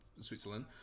Switzerland